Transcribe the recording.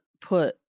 put